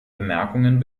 bemerkungen